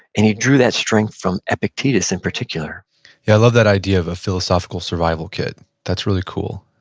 and he drew that strength from epictetus in particular yeah, i love that idea of a philosophical survival kit. that's really cool.